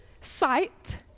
sight